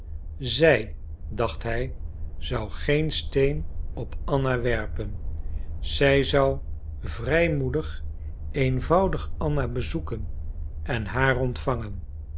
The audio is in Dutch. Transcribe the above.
zij dacht hij zou geen steen op anna werpen zij zou vrijmoedig eenvoudig anna bezoeken en haar ontvangen